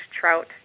trout